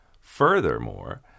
Furthermore